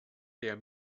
der